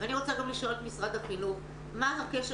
ואני רוצה גם לשאול את משרד החינוך מה הקשר